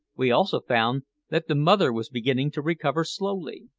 we also found that the mother was beginning to recover slowly.